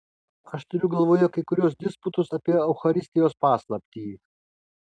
aš turiu galvoje kai kuriuos disputus apie eucharistijos paslaptį